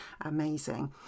amazing